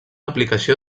aplicació